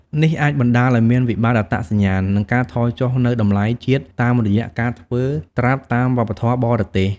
នេះអាចបណ្ដាលឱ្យមានវិបត្តិអត្តសញ្ញាណ និងការថយចុះនូវតម្លៃជាតិតាមរយៈការធ្វើត្រាប់តាមវប្បធម៌បរទេស។